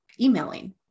emailing